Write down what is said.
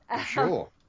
Sure